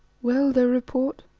well, their report?